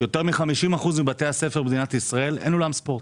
יותר מ-50% מבתי הספר במדינת ישראל אין אולם ספורט.